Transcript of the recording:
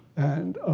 and